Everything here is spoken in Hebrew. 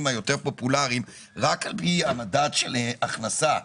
היותר פופולאריים רק על פי המדד של הכנסה ורווחים,